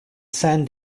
san